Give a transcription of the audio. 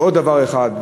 ועוד דבר אחד,